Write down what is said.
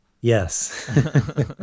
yes